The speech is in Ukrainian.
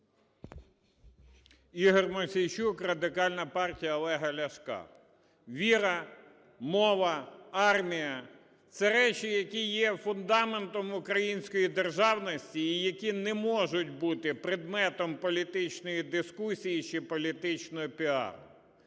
Ігор Мосійчук, Радикальна партія Олега Ляшка. Віра, мова, армія – це речі, які є фундаментом української державності, які не можуть бути предметом політичної дискусії чи політичного піару.